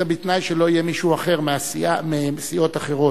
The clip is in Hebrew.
זה בתנאי שלא יהיה מישהו אחר מסיעות אחרות,